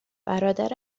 برادر